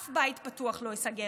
אף בית פתוח לא ייסגר,